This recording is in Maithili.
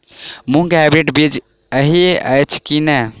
मूँग केँ हाइब्रिड बीज हएत अछि की नै?